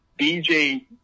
BJ